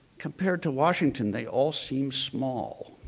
compared to washington, they all seem small.